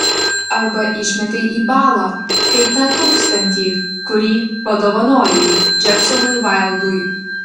arba išmetei į balą kaip tą tūkstantį kurį padovanojai džeksonui vaildui